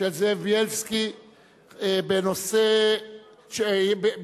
הממשלה השר דן